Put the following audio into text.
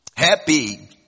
Happy